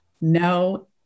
no